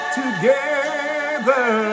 together